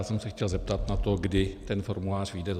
Já jsem se chtěl zeptat na to, kdy ten formulář vyjde.